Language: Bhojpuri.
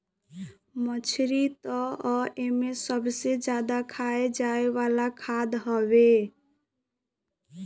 मछरी तअ एमे सबसे ज्यादा खाए जाए वाला खाद्य हवे